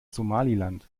somaliland